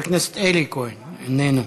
חבר הכנסת אלי כהן, אינו נוכח.